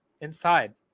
inside